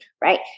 right